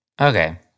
Okay